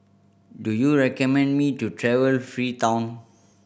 do you recommend me to travel Freetown